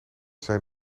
zijn